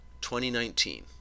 2019